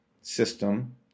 system